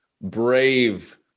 brave